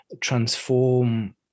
transform